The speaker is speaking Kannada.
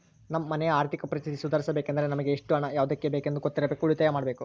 ನಮ್ಮ ಮನೆಯ ಆರ್ಥಿಕ ಪರಿಸ್ಥಿತಿ ಸುಧಾರಿಸಬೇಕೆಂದರೆ ನಮಗೆ ಎಷ್ಟು ಹಣ ಯಾವುದಕ್ಕೆ ಬೇಕೆಂದು ಗೊತ್ತಿರಬೇಕು, ಉಳಿತಾಯ ಮಾಡಬೇಕು